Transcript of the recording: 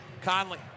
Conley